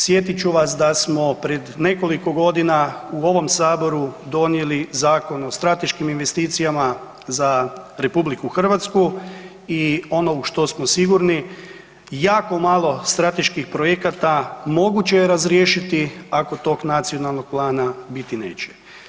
Sjetit ću vas da smo pred nekoliko godina u ovom Saboru donijeli Zakon o strateškim investicijama za RH i ono u što smo sigurni, jako malo strateški projekata moguće je razriješiti ako tog nacionalnog plana biti neće.